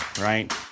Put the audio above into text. right